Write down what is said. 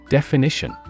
Definition